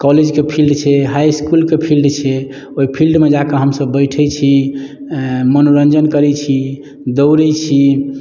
कॉलेजके फील्ड छै हाइ इस्कुलके फील्ड छै ओइ फील्डमे जा कऽ हमसभ बैसैत छी मनोरञ्जन करैत छी दौड़ैत छी